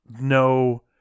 no